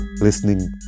listening